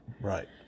Right